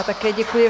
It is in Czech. Také děkuji.